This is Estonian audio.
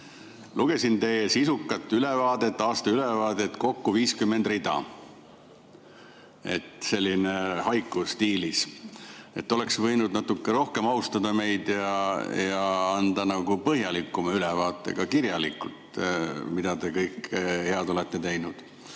Lugesin teie sisukat ülevaadet, aastaülevaadet, kokku 50 rida, selline haiku-stiilis. Oleks võinud natuke rohkem austada meid ja anda põhjalikuma ülevaate ka kirjalikult, mida kõike head te olete teinud.